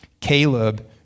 Caleb